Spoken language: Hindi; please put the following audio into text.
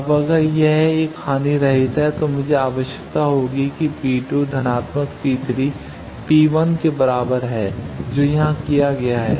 अब अगर यह एक हानिरहित है तो मुझे आवश्यकता होगी कि P2 धनात्मक P3 P1 के बराबर है जो यहां किया गया है